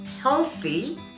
healthy